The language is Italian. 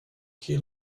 che